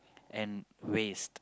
and waste